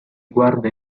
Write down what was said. guarda